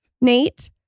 Nate